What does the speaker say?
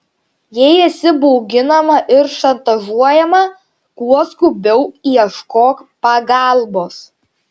jei esi bauginama ir šantažuojama kuo skubiau ieškok pagalbos